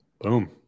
Boom